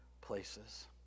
places